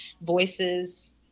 voices